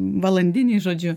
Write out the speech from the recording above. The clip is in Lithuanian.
valandinį žodžiu